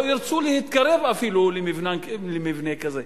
לא ירצו להתקרב אפילו למבנה כזה.